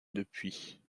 depuis